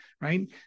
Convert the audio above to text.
right